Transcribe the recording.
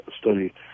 study